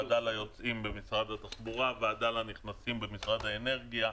ועדה ליוצאים ממשרד התחבורה וועדה לנכנסים במשרד האנרגיה.